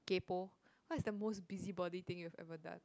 kaypoh what is the most busybody thing you've ever done